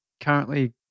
currently